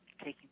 taking